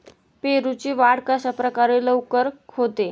पेरूची वाढ कशाप्रकारे लवकर होते?